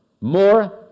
more